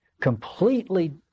completely